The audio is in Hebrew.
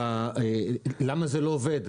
אלעד למה זה לא עובד.